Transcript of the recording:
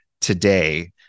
today